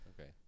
okay